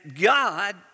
God